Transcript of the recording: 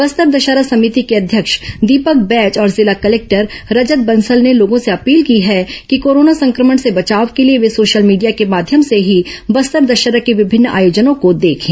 बस्तर दशहरा समिति के अध्यक्ष दीपक बैज और जिला कलेक्टर रजत बंसल ने लोगों से अपील की है कि कोरोना संक्रमण से बचाव के लिए वे सोशल मीडिया के माध्यम से ही बस्तर दशहरे के विभिन्न आयोजनों को देखें